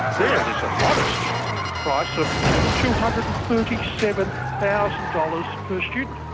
there there's a modest price of two hundred and thirty seven thousand dollars per student.